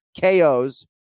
KOs